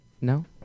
No